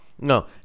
No